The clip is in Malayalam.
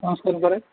ആ നമസ്ക്കാരം പറയൂ